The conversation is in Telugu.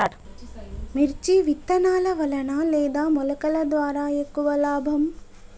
మిర్చి విత్తనాల వలన లేదా మొలకల ద్వారా ఎక్కువ లాభం?